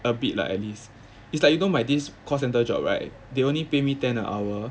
a bit lah at least it's like you don't buy this call centre job right they only pay me ten hour